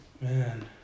Man